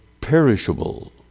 perishable